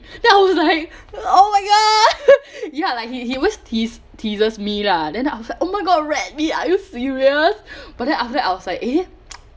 then I was like oh my god ya like he he was tease teases me lah then I was like oh my god rat meat are you serious but then after that I was like eh